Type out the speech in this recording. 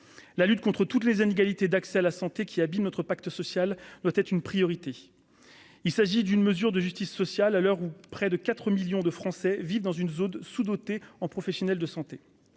la lutte contre toutes les inégalités d'accès à la santé qui abîme notre pacte social doit être une priorité, il s'agit d'une mesure de justice sociale, à l'heure où près de 4 millions de Français vivent dans une zone sous-dotée en professionnels de santé,